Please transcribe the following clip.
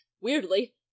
Weirdly